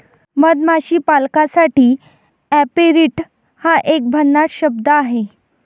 मधमाशी पालकासाठी ऍपेरिट हा एक भन्नाट शब्द आहे